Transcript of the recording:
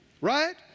right